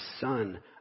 son